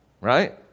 Right